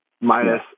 minus